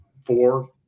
four